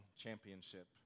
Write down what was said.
championship